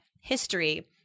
history